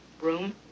room